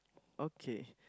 okay